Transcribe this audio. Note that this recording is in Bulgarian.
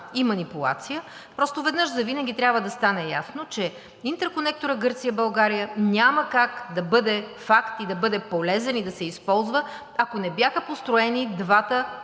и манипулация. Просто веднъж завинаги трябва да стане ясно, че интерконекторът Гърция – България няма как да бъде факт и да бъде полезен, и да се използва, ако не бяха построени двата